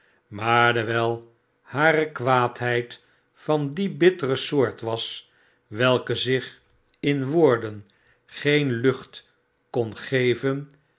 maar dewijl hare kwaadheid van die bittere soort was welke zich in woorden geen lucht kon geveri